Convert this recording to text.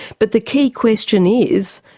but the key question is,